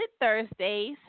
thursdays